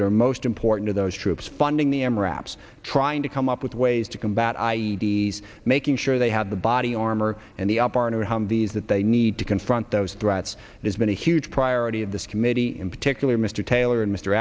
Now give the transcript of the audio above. that are most important to those troops funding the m raps trying to come up with ways to combat i e d making sure they have the body armor and the op arno humvees that they need to confront those threats there's been a huge priority of this committee in particular mr taylor and mr